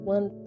One